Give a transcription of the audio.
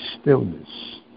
stillness